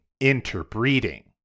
interbreeding